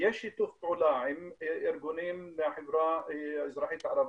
יש שיתוף פעולה עם ארגונים מהחברה האזרחית הערבית,